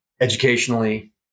educationally